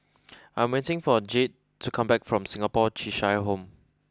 I'm waiting for Jayde to come back from Singapore Cheshire Home